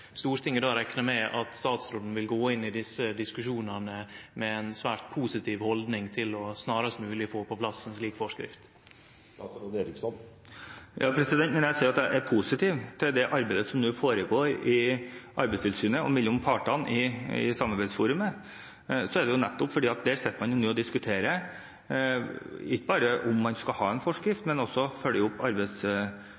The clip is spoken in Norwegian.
Stortinget rekne med at statsråden vil gå inn i desse diskusjonane med ei svært positiv haldning til snarast mogleg å få på plass ei slik forskrift? Når jeg sier at jeg er positiv til det arbeidet som nå foregår i Arbeidstilsynet og mellom partene i samarbeidsforumet, er det nettopp fordi man der sitter og diskuterer ikke bare om man skal ha en forskrift, men også følger opp